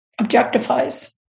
objectifies